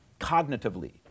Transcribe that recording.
cognitively